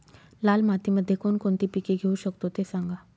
लाल मातीमध्ये कोणकोणती पिके घेऊ शकतो, ते सांगा